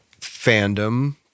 fandom